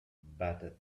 better